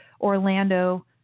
Orlando